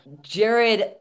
Jared